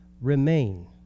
remain